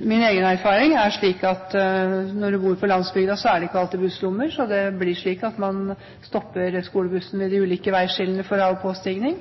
Min egen erfaring er at på landsbygda er det ikke alltid busslommer, så det blir slik at skolebussen stopper ved de ulike veiskillene for av- og påstigning.